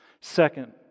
Second